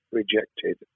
rejected